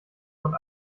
und